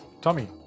Tommy